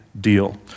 deal